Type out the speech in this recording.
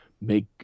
make